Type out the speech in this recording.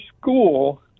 school